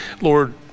Lord